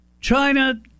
China